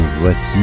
Voici